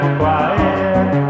quiet